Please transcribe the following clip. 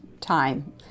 time